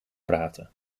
praten